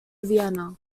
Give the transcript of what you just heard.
vienna